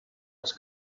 els